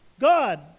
God